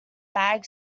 bag